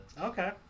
Okay